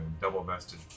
double-vested